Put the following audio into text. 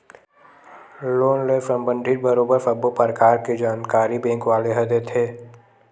loan ले संबंधित बरोबर सब्बो परकार के जानकारी बेंक वाले ह देथे